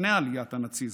לפני עליית הנאציזם.